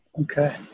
Okay